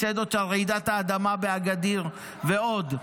קצידות על רעידת האדמה באגאדיר ועוד.